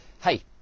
hey